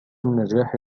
النجاح